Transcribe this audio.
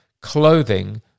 clothing